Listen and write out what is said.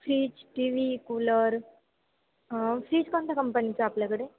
fridge T V cooler fridge कोणत्या कंपनीचा आपल्याकडे